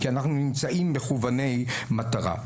כי אנחנו נמצאים מכווני מטרה.